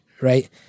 right